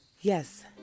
Yes